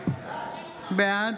בעד